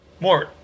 more